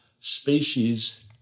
species